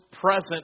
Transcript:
present